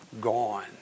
gone